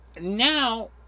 now